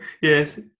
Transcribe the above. Yes